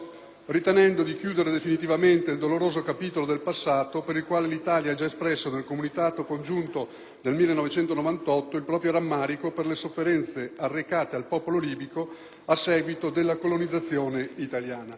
«ritenendo di chiudere definitivamente il doloroso "capitolo del passato", per il quale l'Italia ha già espresso, nel Comunicato Congiunto del 1998, il proprio rammarico per le sofferenze arrecate al popolo libico a seguito della colonizzazione italiana».